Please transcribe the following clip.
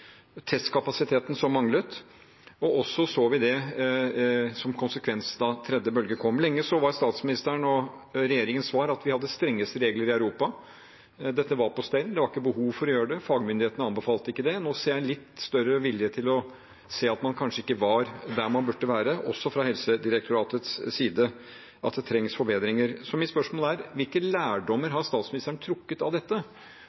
testkapasiteten som manglet. Vi så det også som konsekvens da tredje bølge kom. Lenge var statsministeren og regjeringens svar at vi hadde de strengeste regler i Europa, dette var på stell, det var ikke behov for å gjøre det, og fagmyndighetene anbefalte det ikke. Nå ser jeg en litt større vilje til å se at man kanskje ikke var der man burde være, også fra Helsedirektoratets side, og at det trengs forbedringer. Mitt spørsmål er: Hvilke lærdommer har statsministeren trukket av dette?